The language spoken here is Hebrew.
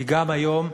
כי גם היום,